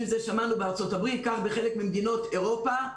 כך בארצות הברית ובחלק ממדינות אירופה.